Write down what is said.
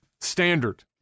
standard